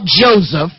Joseph